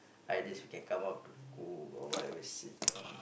ideas you can come up to cook or whatever shit know